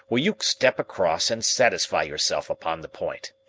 will you step across and satisfy yourself upon the point?